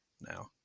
now